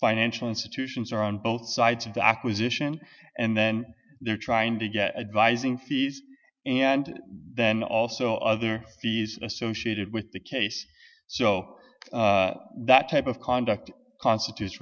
financial institutions are on both sides of the acquisition and then they're trying to get advising fees and then also other fees associated with the case so that type of conduct constitutes